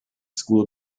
school